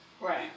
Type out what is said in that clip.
Right